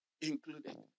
included